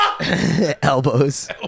Elbows